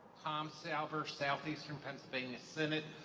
tom salver, southeastern pennsylvania synod.